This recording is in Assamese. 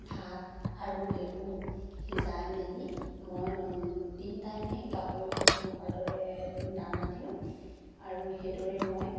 ভাত আৰু সেইবোৰ সিজাই মেলি মই তিনি টাইমেই গাহৰিকো সেনেকুৱা দৰে দানা দিওঁ আৰু সেইদৰে মই